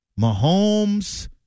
Mahomes